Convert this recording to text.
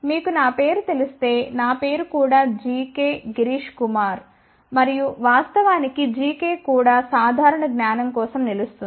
మీకు నా పేరు తెలిస్తే నా పేరు కూడా జికె గిరీష్ కుమార్ మరియు వాస్తవానికి జికె కూడా సాధారణ జ్ఞానం కోసం నిలుస్తుంది